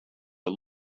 are